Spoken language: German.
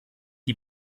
die